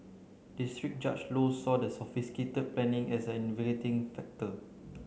district Judge Low saw the sophisticated planning as an aggravating factor